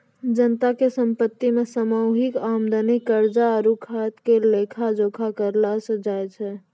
जनता के संपत्ति मे सामूहिक आमदनी, कर्जा आरु खर्चा के लेखा जोखा करलो जाय छै